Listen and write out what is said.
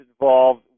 involved